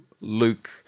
Luke